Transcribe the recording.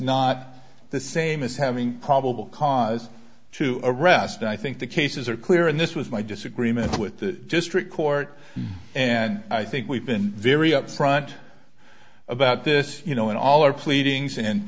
not the same as having probable cause to arrest and i think the cases are clear and this was my disagreement with the district court and i think we've been very upfront about this you know